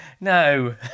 No